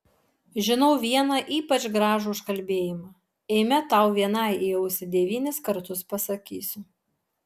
žinau vieną ypač gražų užkalbėjimą eime tau vienai į ausį devynis kartus pasakysiu